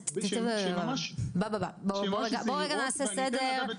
בוא רגע נעשה סדר.